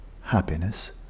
happiness